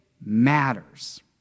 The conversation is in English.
matters